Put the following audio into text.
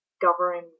governing